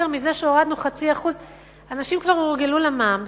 מאשר על זה שהורדנו 0.5%. אנשים כבר הורגלו למע"מ,